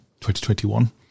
2021